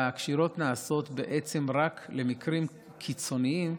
והקשירות נעשות בעצם רק במקרים קיצוניים,